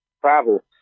travel